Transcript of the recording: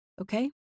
okay